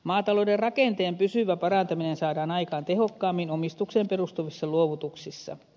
maatalouden rakenteen pysyvä parantaminen saadaan aikaan tehokkaammin omistukseen perustuvissa luovutuksissa